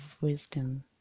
wisdom